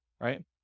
right